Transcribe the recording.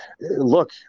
look